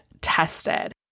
tested